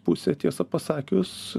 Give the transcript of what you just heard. pusė tiesą pasakius